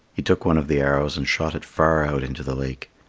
he took one of the arrows and shot it far out into the lake.